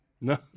No